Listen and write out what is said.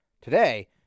Today